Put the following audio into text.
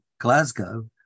Glasgow